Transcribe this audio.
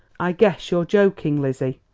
i guess you're joking, lizzie.